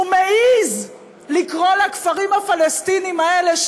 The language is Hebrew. שהוא מעז לקרוא לכפרים הפלסטיניים האלה,